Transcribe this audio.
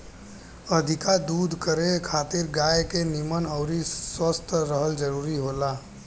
अधिका दूध करे खातिर गाय के निमन अउरी स्वस्थ रहल जरुरी होला